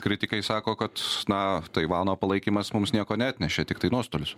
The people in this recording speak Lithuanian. kritikai sako kad na taivano palaikymas mums nieko neatnešė tiktai nuostolius